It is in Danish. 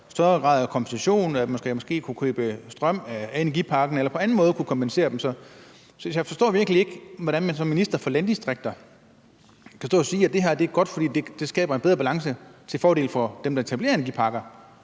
højere grad af kompensation, at man måske skal kunne købe strøm af energiparken eller på anden måde kunne kompenseres. Så jeg forstår virkelig ikke, hvordan man som minister for landdistrikter kan stå og sige, at det her er godt, fordi det skaber en bedre balance til fordel for dem, der etablerer energiparker.